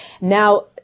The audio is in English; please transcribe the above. Now